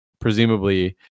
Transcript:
presumably